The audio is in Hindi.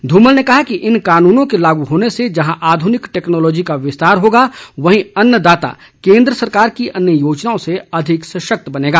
धूमल ने कहा है कि इन कानूनों के लागू होने से जहां आधुनिक टेकनोलॉजी का विस्तार होगा वहीं अन्नदाता केंद्र सरकार की अन्य योजनाओं से अधिक सशक्त बनेगा